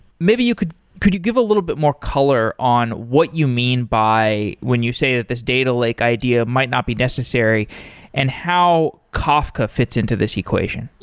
maybe could could you give a little bit more color on what you mean by when you say that this data lake idea might not be necessary and how kafka fits into this equation.